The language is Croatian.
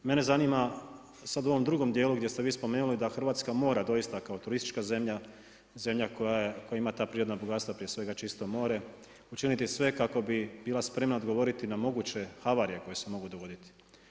Mene zanima sada u ovom drugom dijelu gdje ste vi spomenuli da Hrvatska mora doista kao turistička zemlja, zemlja koja ima ta prirodna bogatstva prije svega čisto more, učiniti sve kako bi bila spremna odgovoriti na moguće havarije koje se mogu dogoditi.